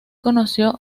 conoció